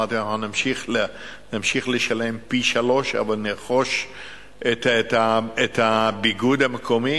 אמרתי לו: אנחנו נמשיך לשלם פי-שלושה אבל נרכוש את הביגוד המקומי,